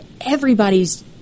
everybody's